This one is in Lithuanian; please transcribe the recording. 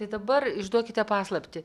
tai dabar išduokite paslaptį